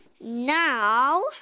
Now